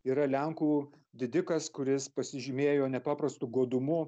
yra lenkų didikas kuris pasižymėjo nepaprastu godumu